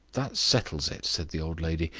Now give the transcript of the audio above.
that settles it, said the old lady,